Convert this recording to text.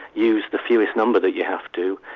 use the fewest number that you have to.